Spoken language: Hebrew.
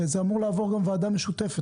הרי זה אמור לעבור גם וועדה משותפת.